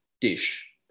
dish